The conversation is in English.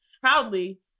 proudly